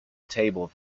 table